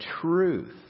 truth